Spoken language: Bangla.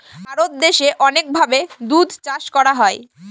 ভারত দেশে অনেক ভাবে দুধ চাষ করা হয়